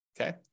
okay